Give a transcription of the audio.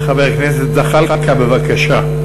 הכנסת זחאלקה, בבקשה.